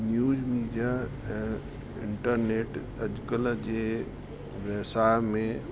news media ऐं internet अॼु कल्ह जे व्यवसाय में